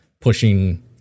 pushing